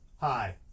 Hi